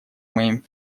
моим